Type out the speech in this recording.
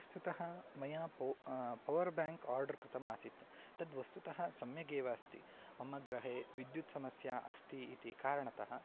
वस्तुतः मया पो पवर्ब्याङ्क् आर्डर् कृतम् आसीत् तद् वस्तुतः सम्यक् एव अस्ति मम गृहे विद्युत् समस्या अस्ति इति कारणतः